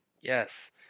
Yes